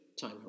time